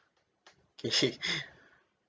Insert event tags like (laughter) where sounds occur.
okay (breath)